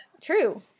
true